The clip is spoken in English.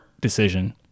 decision